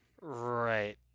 Right